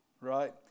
right